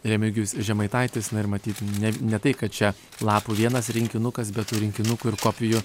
remigijus žemaitaitis ir matyt ne ne tai kad čia lapų vienas rinkinukas bet tų rinkinukų ir kopijų